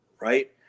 right